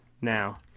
Now